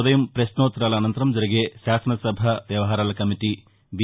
ఉదయం పశ్నోత్తరాల అనంతరం జరిగే శాసనసభ వ్యవహారాల కమిటీ బీ